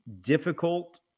difficult